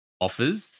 offers